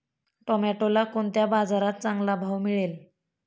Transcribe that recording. टोमॅटोला कोणत्या बाजारात चांगला भाव मिळेल?